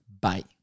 Bye